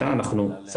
שעלתה --- למה קשה?